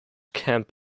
kemp